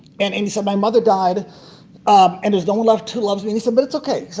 and and so my mother died um and there's no one left who loves me so but it's ok.